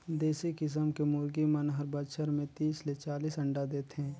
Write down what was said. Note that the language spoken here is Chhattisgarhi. देसी किसम के मुरगी मन हर बच्छर में तीस ले चालीस अंडा देथे